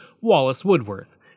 Wallace-Woodworth